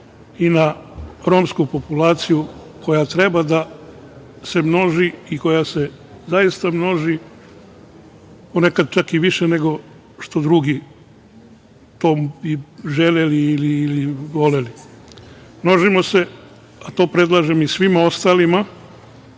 i na romsku populaciju koja treba da se množi i koja se zaista množi, ponekad čak i više nego što drugi to bi i želeli i voleli. Množimo se, a to predlažem i svima ostalim